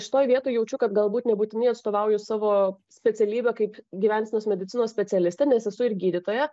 šitoj vietoj jaučiu kad galbūt nebūtinai atstovauju savo specialybę kaip gyvensenos medicinos specialistė nes esu ir gydytoja